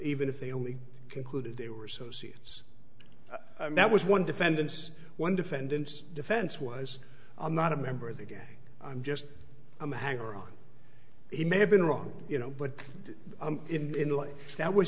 even if they only concluded they were associates that was one defendants one defendants defense was i'm not a member of the again i'm just i'm a hanger on he may have been wrong you know but in life that was